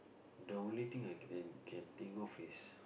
the only thing I can can think of is